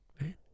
Right